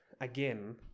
again